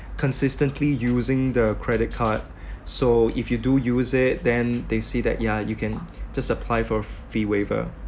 consistently using the credit card so if you do use it then they see that yeah you can just apply for a fee waiver